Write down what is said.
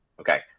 Okay